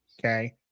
okay